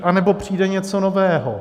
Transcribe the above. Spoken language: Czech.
Anebo přijde něco nového.